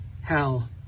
hell